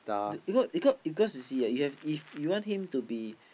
do because you see ah you have if you want him to be